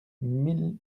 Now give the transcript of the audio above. mille